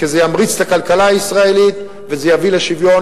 כי זה ימריץ את הכלכלה הישראלית ויביא לשוויון,